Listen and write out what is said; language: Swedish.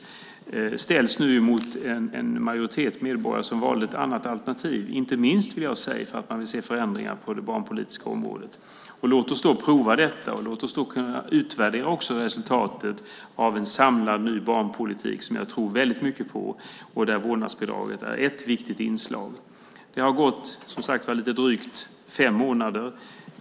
Detta ställs nu mot en majoritet medborgare som valde ett annat alternativ, inte minst för att de vill se förändringar på det barnpolitiska området. Låt oss då prova detta, och låt oss utvärdera resultatet av en samlad och ny barnpolitik som jag tror väldigt mycket på. Där är vårdnadsbidraget ett viktigt inslag. Det har, som sagt, gått lite drygt fem månader.